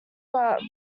but